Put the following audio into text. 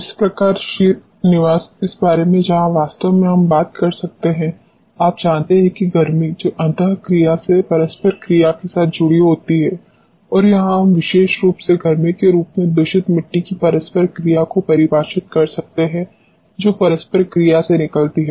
इस प्रकार श्रीनिवास इस बारे में जहां वास्तव में हम बात कर सकते हैं आप जानते है कि गर्मी जो अंतःक्रिया से परस्पर क्रिया के साथ जुड़ी होती है और यहां हम विशेष रूप से गर्मी के रूप में दूषित मिट्टी की परस्पर क्रिया को परिभाषित कर सकते हैं जो परस्पर क्रिया से निकलती है